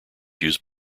use